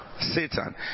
Satan